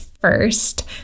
first